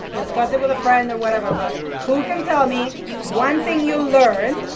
discuss it with a friend, or whatever. but who can tell me one thing you learned